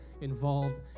involved